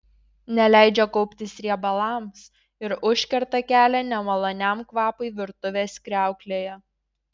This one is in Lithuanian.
neleidžia kauptis riebalams ir užkerta kelią nemaloniam kvapui virtuvės kriauklėje